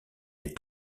est